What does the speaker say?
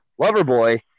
Loverboy